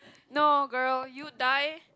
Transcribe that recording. no girl you die